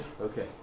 Okay